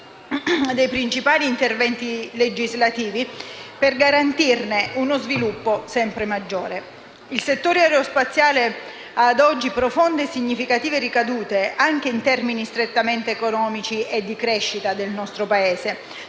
dei principali interventi legislativi per garantirne uno sviluppo sempre maggiore. Il settore aerospaziale ha ad oggi profonde e significative ricadute anche in termini strettamente economici e di crescita del nostro Paese: